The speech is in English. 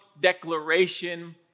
declaration